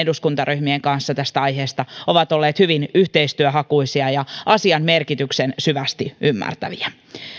eduskuntaryhmien kanssa tästä aiheesta ovat olleet hyvin yhteistyöhakuisia ja asian merkityksen syvästi ymmärtäviä